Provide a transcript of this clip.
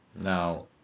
Now